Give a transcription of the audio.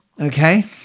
Okay